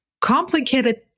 complicated